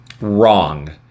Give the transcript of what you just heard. Wrong